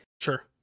sure